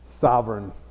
sovereign